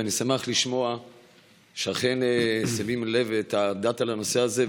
ואני שמח לשמוע שאכן שמים את הלב ואת הדעת על הנושא הזה,